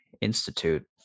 Institute